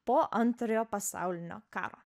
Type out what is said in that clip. po antrojo pasaulinio karo